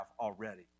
already